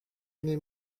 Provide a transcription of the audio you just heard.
mniej